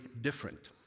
different